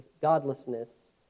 godlessness